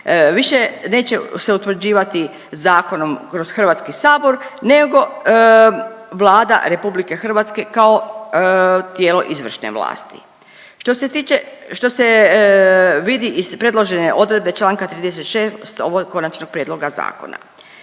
više neće se utvrđivati zakonom kroz HS nego Vlada RH kao tijelo izvršne vlasti, što se tiče, što se vidi iz predložene odredbe čl. 36. ovog Konačnog prijedloga zakona.